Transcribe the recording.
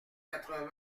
quatre